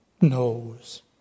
knows